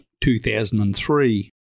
2003